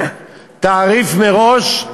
תעריף מראש,